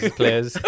players